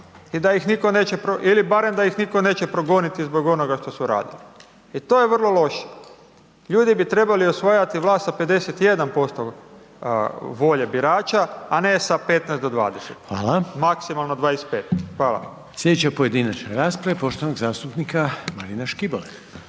i da ih nitko neće ili barem da ih nitko neće progoniti zbog onoga što su radili. I to je vrlo loše, ljudi bi trebali osvajati glas sa 51% volje birača, a ne sa 15 ili 20 maksimalno 25. Hvala. **Reiner, Željko (HDZ)** Hvala. Sljedeća pojedinačna rasprava je poštovanog zastupnika Marina Škibole.